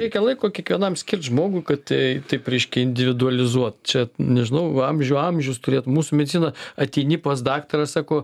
reikia laiko kiekvienam skirt žmogui kad ta taip reiškiai individualizuot čia nežinau amžių amžius turėt mūsų mediciną ateini pas daktarą sako